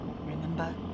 remember